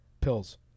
pills